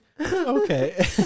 Okay